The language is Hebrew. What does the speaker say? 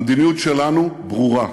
המדיניות שלנו ברורה: